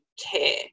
care